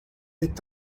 est